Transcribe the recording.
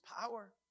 power